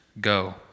Go